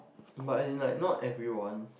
but it's like not everyone